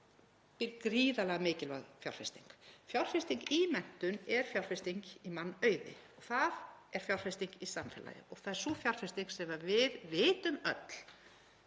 býr gríðarlega mikilvæg fjárfesting. Fjárfesting í menntun er fjárfesting í mannauði. Það er fjárfesting í samfélaginu og það er sú fjárfesting sem við vitum öll